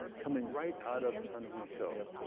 coming right out of chen hongshou.